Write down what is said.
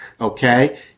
okay